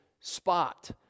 spot